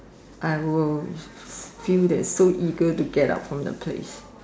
I will feel that so eager to get out from that place